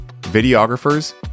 videographers